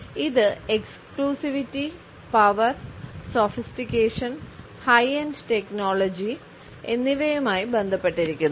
ഇത് എക്സ്ക്ലൂസിവിറ്റി എന്നിവയുമായി ബന്ധപ്പെട്ടിരിക്കുന്നു